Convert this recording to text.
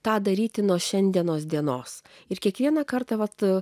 tą daryti nuo šiandienos dienos ir kiekvieną kartą